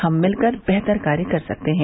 हम मिलकर बेहतर कार्य कर सकते हैं